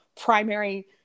primary